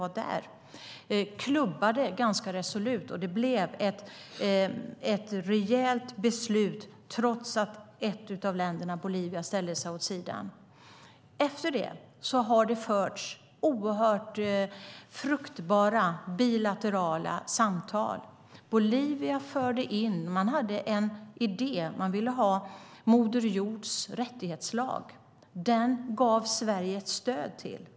Den kvinnliga ordföranden klubbade ganska resolut, och det blev ett rejält beslut trots att ett av länderna, Bolivia, ställde sig vid sidan av. Efter det har det förts mycket fruktbara bilaterala samtal. Bolivia hade en idé. Man ville ha moder jords rättighetslag. Den gav Sverige stöd till.